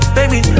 Baby